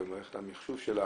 במערכת המחשוב שלה,